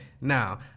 Now